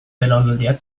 belaunaldiak